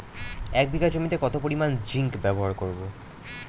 এক বিঘা জমিতে কত পরিমান জিংক ব্যবহার করব?